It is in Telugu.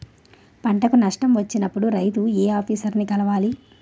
పంటకు నష్టం వచ్చినప్పుడు రైతు ఏ ఆఫీసర్ ని కలవాలి?